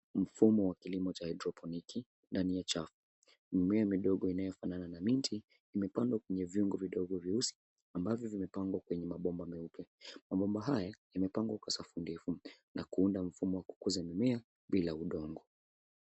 Mfumo wa kilimo wa haidroponiki ndani ya chafu. Mimea midogo inayofanana na miti imepangwa kwenye viungo vidogo vyeusi ambavyo vimepangwa kwenye mabomba meupe. Mabomba haya yamepangwa kwa safu ndefu na kuunda mfumo wa kukuza mimea bila udongo.